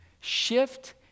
shift